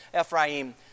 Ephraim